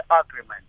agreement